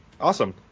Awesome